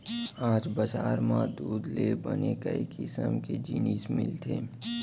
आज बजार म दूद ले बने कई किसम के जिनिस मिलथे